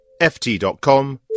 ft.com